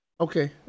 Okay